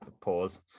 pause